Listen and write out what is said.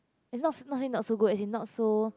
it's not s~ not say not so good as in not so